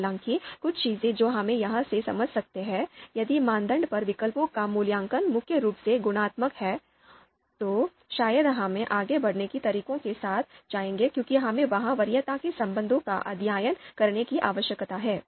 हालाँकि कुछ चीजें जो हम यहां से समझ सकते हैं यदि मानदंड पर विकल्पों का मूल्यांकन मुख्य रूप से गुणात्मक है तो शायद हम आगे बढ़ने के तरीकों के साथ जाएंगे क्योंकि हमें वहां वरीयता के संबंधों का अध्ययन करने की आवश्यकता है